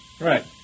Right